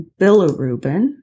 bilirubin